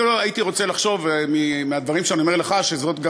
אני הייתי רוצה לחשוב בדברים שאני אומר לך שזאת גם